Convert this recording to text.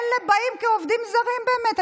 אלה באים כעובדים זרים באמת.